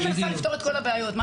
אני מנסה לפתור את כל הבעיות.